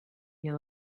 you